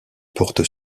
porte